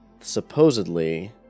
Supposedly